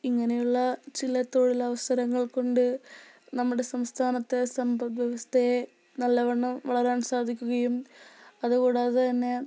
ഇങ്ങനെയുള്ള ചില തൊഴിലവസരങ്ങൾ കൊണ്ട് നമ്മുടെ സംസ്ഥാനത്തെ സമ്പത്വ്യവസ്ഥയെ നല്ലവണ്ണം വളരാൻ സാധിക്കുകയും അതുകൂടാതെ തന്നെ